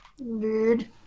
Dude